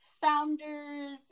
founders